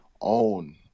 own